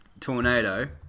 tornado